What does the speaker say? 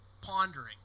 pondering